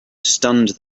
stunned